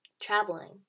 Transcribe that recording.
traveling